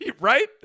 right